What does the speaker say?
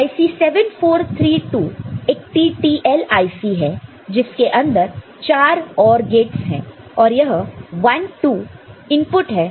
IC 7432 एक TTL IC है जिसके अंदर4 OR गेट्स है और यह 1 2 इनपुट है और 3 आउटपुट है